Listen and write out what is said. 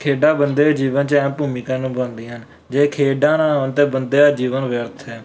ਖੇਡਾਂ ਬੰਦੇ ਦੇ ਜੀਵਨ 'ਚ ਅਹਿਮ ਭੂਮਿਕਾ ਨਿਭਾਉਂਦੀਆਂ ਹਨ ਜੇ ਖੇਡਾਂ ਨਾ ਹੋਣ ਤਾਂ ਬੰਦੇ ਦਾ ਜੀਵਨ ਵਿਅਰਥ ਹੈ